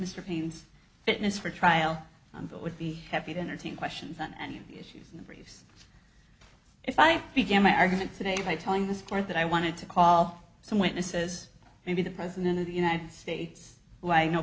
mr paine's fitness for trial would be happy to entertain questions on any of the issues in the briefs if i began my argument today by telling this court that i wanted to call some witnesses maybe the president of the united states who i know